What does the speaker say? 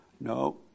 No